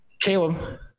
Caleb